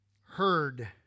Heard